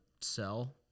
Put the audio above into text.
sell